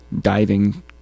diving